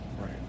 Right